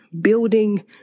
building